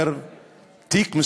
הוא מדבר,